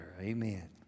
Amen